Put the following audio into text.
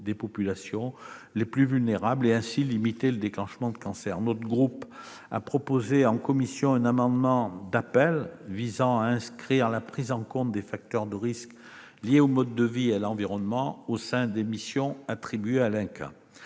des populations les plus vulnérables et ainsi limiter le déclenchement des cancers. Notre groupe a proposé en commission un amendement d'appel visant à inscrire la prise en compte des facteurs de risque liés au mode de vie et à l'environnement au sein des missions attribuées à l'INCa.